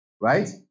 Right